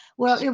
well, yeah